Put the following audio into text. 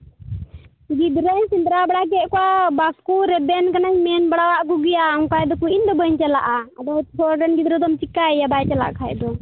ᱜᱤᱫᱽᱨᱟᱹᱧ ᱥᱮᱸᱫᱽᱨᱟ ᱵᱟᱲᱟ ᱠᱮᱫ ᱠᱚᱣᱟ ᱵᱟᱠᱚ ᱨᱮᱵᱮᱱ ᱠᱟᱱᱟ ᱢᱮᱱ ᱵᱟᱲᱟᱣᱟᱫ ᱠᱚᱜᱮᱭᱟ ᱚᱱᱠᱟᱭ ᱫᱟᱠᱚ ᱤᱧᱫᱚ ᱵᱟᱹᱧ ᱪᱟᱞᱟᱜᱼᱟ ᱦᱚᱲ ᱨᱮᱱ ᱜᱤᱫᱽᱨᱟᱹ ᱫᱚᱢ ᱪᱤᱠᱟᱹᱭᱮᱭᱟ ᱵᱟᱭ ᱪᱟᱞᱟᱜ ᱠᱷᱟᱱ ᱫᱚ